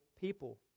people